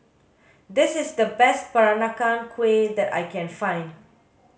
this is the best peranakan kueh that I can find